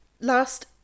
last